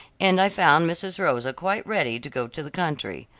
and i found mrs. rosa quite ready to go to the country.